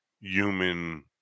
human